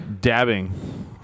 Dabbing